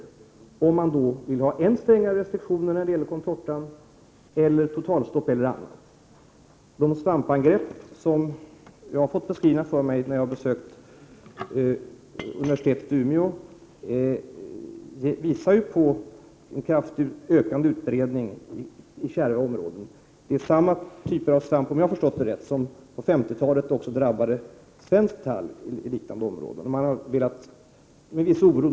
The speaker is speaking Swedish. Vi vet alltså ännu inte om det blir fråga om ännu strängare restriktioner när det gäller contortan, om totalstopp eller om andra åtgärder. Den beskrivning av svampangreppen som man gjorde när jag besökte universitetet i Umeå visar på en kraftigt ökande utbredning i kärva områden. Samma svamptyper drabbade, om jag förstått det hela rätt, på 50-talet den svenska tallen i liknande områden. Här finns anledning att känna en viss oro.